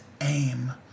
aim